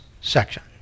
section